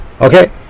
Okay